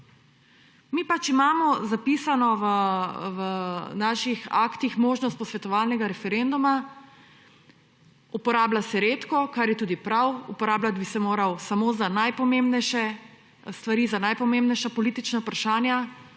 aktih imamo pač zapisano možnost posvetovalnega referenduma. Uporablja se redko, kar je tudi prav, uporabljati bi se moral samo za najpomembnejše stvari, za najpomembnejša politična vprašanja.